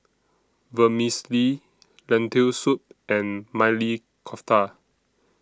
Vermicelli Lentil Soup and Maili Kofta